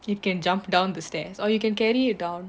it can jump down the stairs or you can carry it down